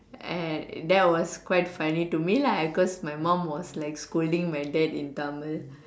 and that was quite funny to me lah because my mom was like scolding my dad in Tamil